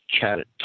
Chat